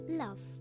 love